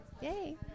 Yay